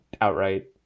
outright